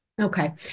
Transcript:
Okay